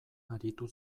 aritu